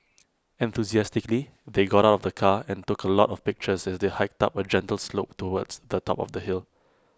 enthusiastically they got out of the car and took A lot of pictures as they hiked up A gentle slope towards the top of the hill